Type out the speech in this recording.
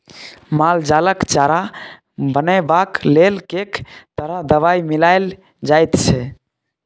माल जालक चारा बनेबाक लेल कैक तरह दवाई मिलाएल जाइत छै